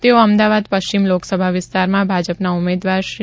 તેઓ અમદાવાદ પશ્ચિમ લોકસભા વિસ્તારમાં ભાજપાના ઉમેદવાર ડો